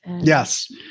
Yes